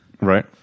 Right